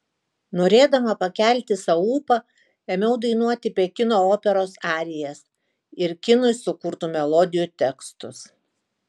norėdama pakelti sau ūpą ėmiau dainuoti pekino operos arijas ir kinui sukurtų melodijų tekstus